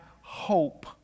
hope